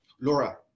Laura